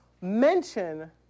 mention